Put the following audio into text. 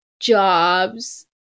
Jobs